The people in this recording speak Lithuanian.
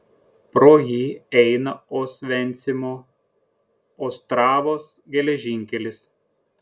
pro jį eina osvencimo ostravos geležinkelis